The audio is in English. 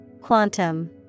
Quantum